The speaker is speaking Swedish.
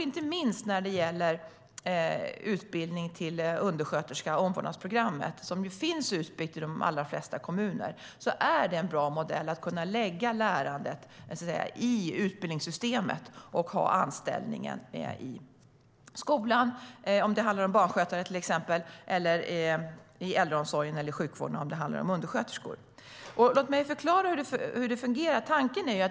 Inte minst när det gäller utbildningen till undersköterska och omvårdnadsprogrammet, som finns utbyggt i de allra flesta kommuner, är det en bra modell att kunna lägga lärandet i utbildningssystemet och ha anställningen i skolan, om det till exempel handlar om barnskötare, eller i äldreomsorgen eller sjukvården, om det handlar om undersköterskor. Låt mig förklara hur det fungerar.